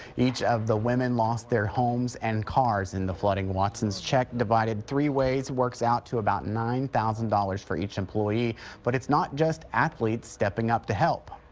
each of the women lost their homes and cars in the flooding. watson's check divided three ways works out to about nine thousand dollars for each employee but it's not just athletes stepping up to help.